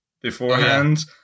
beforehand